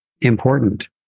important